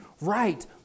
right